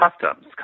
customs